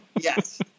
yes